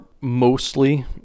mostly